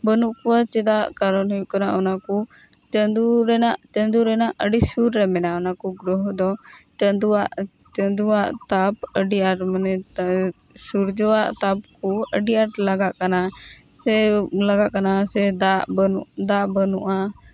ᱵᱟᱹᱵᱩᱜ ᱠᱚᱣᱟ ᱪᱮᱫᱟᱜ ᱠᱟᱨᱚᱱ ᱦᱩᱭᱩᱜ ᱠᱟᱱᱟ ᱚᱱᱟᱠᱚ ᱪᱟᱸᱫᱚ ᱨᱮᱱᱟᱜ ᱪᱟᱸᱫᱚ ᱨᱮᱱᱟᱜ ᱟᱹᱰᱤ ᱥᱩᱨ ᱨᱮ ᱢᱮᱱᱟᱜᱼᱟ ᱚᱱᱟᱠᱚ ᱜᱨᱚᱦᱚᱫᱚ ᱪᱟᱸᱫᱚᱣᱟᱜ ᱪᱟᱸᱫᱚᱣᱟᱜ ᱛᱟᱯ ᱟᱹᱰᱤᱼᱟᱸᱴ ᱢᱟᱱᱮ ᱥᱩᱨᱡᱚᱣᱟᱜ ᱛᱟᱯ ᱠᱚ ᱟᱹᱰᱤᱼᱟᱸᱴ ᱞᱟᱜᱟᱜ ᱠᱟᱱᱟ ᱥᱮ ᱞᱟᱜᱟᱜ ᱠᱟᱱᱟ ᱥᱮ ᱫᱟᱜ ᱵᱟᱹᱱᱩᱜ ᱫᱟᱜ ᱵᱟᱹᱱᱩᱜᱼᱟ